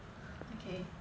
okay